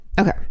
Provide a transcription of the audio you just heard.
Okay